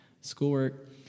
schoolwork